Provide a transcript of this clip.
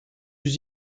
yüz